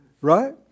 right